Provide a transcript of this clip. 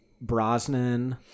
Brosnan